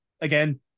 again